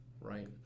right